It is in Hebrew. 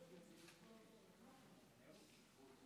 אני קודם כול רוצה להשיב,